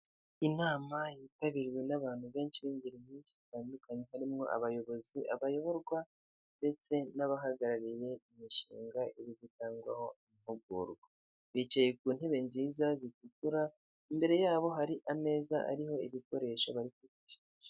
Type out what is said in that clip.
Inama yitabiriwe n'abantu benshi b'ingeri nyinshi zitandukanye harimo abayobozi abayoborwa ndetse n'abahagarariye imishinga iri gutangwaho amahugurwa bicaye ku ntebe nziza zitukura imbere yabo hari ameza ariho ibikoresho babifiti.